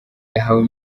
yahawe